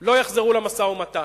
לא יחזרו למשא-ומתן.